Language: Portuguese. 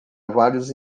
vários